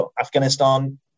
Afghanistan